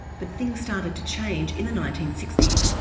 but things started to change in the nineteen sixty s,